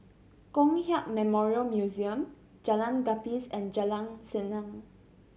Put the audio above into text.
Kong Hiap Memorial Museum Jalan Gapis and Jalan Senang